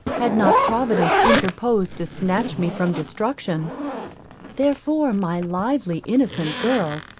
had not providence interposed to snatch me from destruction therefore, my lively, innocent girl,